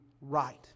right